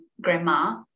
grandma